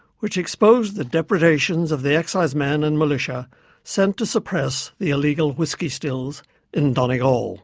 which exposed the depredations of the excisemen and milita sent to suppress the illegal whiskey stills in donegal.